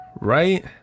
right